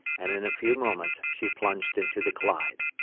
and in a few moments she plunged into the clyde.